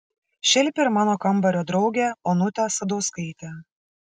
šelpė ir mano kambario draugę onutę sadauskaitę